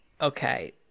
Okay